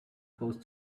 post